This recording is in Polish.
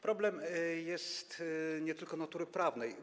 Problem jest nie tylko natury prawnej.